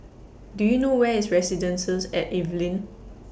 Do YOU know Where IS Residences At Evelyn